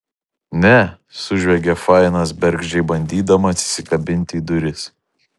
ne sužviegė fainas bergždžiai bandydamas įsikabinti į duris